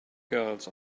girls